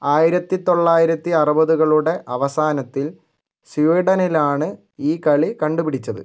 ആയിരത്തി തൊള്ളായിരത്തി അറുപതുകളുടെ അവസാനത്തിൽ സ്വീഡനിലാണ് ഈ കളി കണ്ടുപിടിച്ചത്